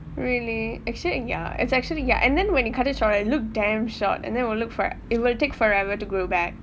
really actually ya it's actually ya and then when you cut it short right it look damn short and then we'll look for it'll take forever to grow back